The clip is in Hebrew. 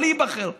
לא להיבחר,